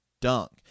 Dunk